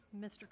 Mr